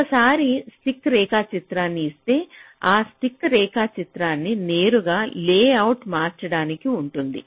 ఒకసారి స్టిక్ రేఖాచిత్రాన్ని ఇస్తే ఆ స్టిక్ రేఖాచిత్రాన్ని నేరుగా లేఅవుట్లోకి మార్చడానికి ఉంటుంది